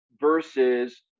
versus